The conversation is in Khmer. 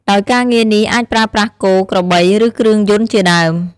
ដោយការងារនេះអាចប្រើប្រាស់គោ ក្របី ឬគ្រឿងយន្តជាដើម។